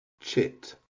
chit